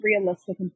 realistic